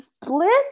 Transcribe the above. bliss